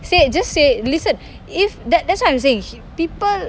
say just say listen if that that's what I'm saying people